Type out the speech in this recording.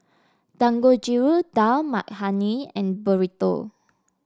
Dangojiru Dal Makhani and Burrito